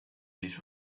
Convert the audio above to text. his